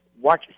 watch